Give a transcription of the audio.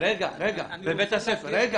המורים.